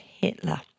Hitler